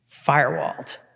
firewalled